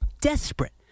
desperate